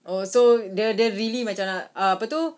oh so dia dia really macam nak uh apa tu